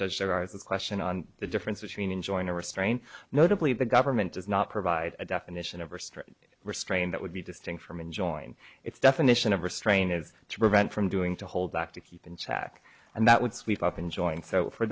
judge their eyes and question on the difference between enjoying the restraint notably the government does not provide a definition of or strict restrain that would be distinct from enjoying its definition of restraint is to prevent from doing to hold back to keep in check and that would sweep up in joint so for